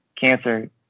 cancer